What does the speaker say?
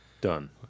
Done